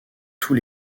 tous